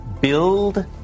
Build